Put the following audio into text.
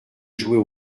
jouer